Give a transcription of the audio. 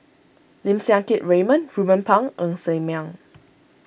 Lim Siang Keat Raymond Ruben Pang Ng Ser Miang